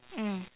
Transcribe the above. mm